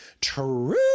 true